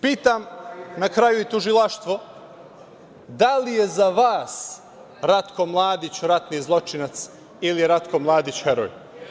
Pitam na kraju i tužilaštvo - da li je za vas Ratko Mladić ratni zločinac ili je Ratko Mladić heroj?